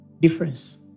difference